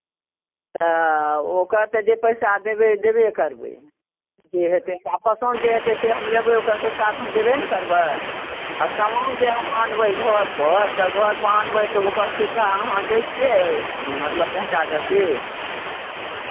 तऽ ओकर तऽ जे पैसा देबै देबे करबै जे हेतै आ पसन्द जे हेतै से हम लेबै ओकर पैसा तऽ हम देबे ने करबै आ सामान जे हम आनबै घरपर तऽ घरपर आनबै तऽ ओकर सुविधा अहाँ दै छियै मतलब पहुँचाबयके